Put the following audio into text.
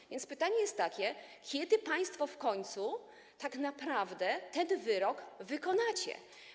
Tak więc pytanie jest takie: Kiedy państwo w końcu tak naprawdę ten wyrok wykonacie?